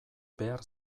behar